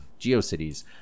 GeoCities